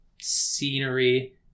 scenery